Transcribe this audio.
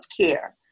care